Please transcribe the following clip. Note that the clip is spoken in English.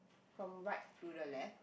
from right to the left